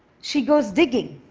she goes digging,